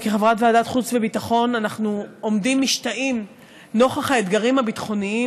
וכחברת ועדת חוץ וביטחון אנחנו עומדים משתאים נוכח האתגרים הביטחוניים,